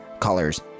colors